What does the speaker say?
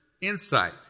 insight